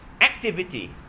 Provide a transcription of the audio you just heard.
activity